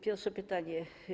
Pierwsze pytanie.